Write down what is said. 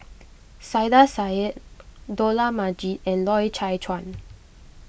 Saiedah Said Dollah Majid and Loy Chye Chuan